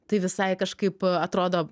tai visai kažkaip atrodo